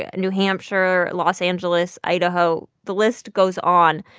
ah new hampshire, los angeles, idaho the list goes on.